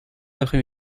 après